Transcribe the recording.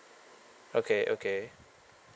okay okay